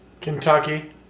Kentucky